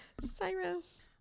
Cyrus